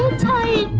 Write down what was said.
time.